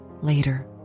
later